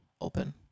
open